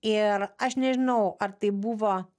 ir aš nežinau ar tai buvo